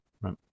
right